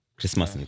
Christmas